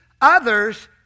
others